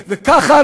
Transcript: וככה,